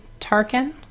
tarkin